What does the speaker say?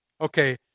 Okay